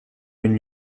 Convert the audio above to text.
une